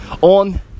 on